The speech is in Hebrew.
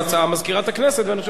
ואני חושב שזו הצעה נבונה.